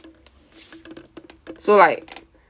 so like